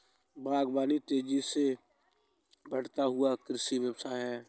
बागवानी तेज़ी से बढ़ता हुआ कृषि व्यवसाय है